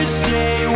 stay